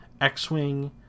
X-Wing